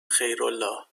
خیرالله